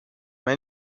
are